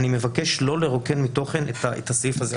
ולכן אני מבקש לא לרוקן את הסעיף זה מתוכן,